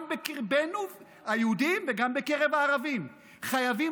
גם בקרבנו היהודים וגם בקרב הערבים חייבים